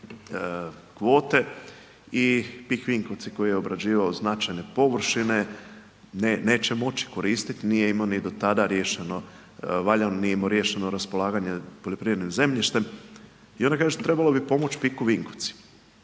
kvote i Pik Vinkovci koji je obrađivao značajne površine neće moći koristiti, nije imao ni do tada riješeno, valjano, nije imalo riješeno raspolaganje poljoprivrednim zemljištem. I onda kažete trebalo bi pomoći Pik Vinkovci.